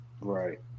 Right